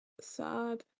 sad